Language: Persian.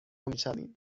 میشویم